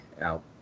out